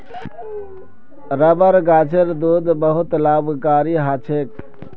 rubber गाछेर दूध बहुत लाभकारी ह छेक